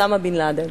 אוסמה בן-לאדן.